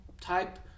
type